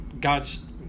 God's